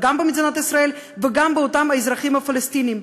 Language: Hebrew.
גם במדינת ישראל וגם באותם האזרחים הפלסטינים.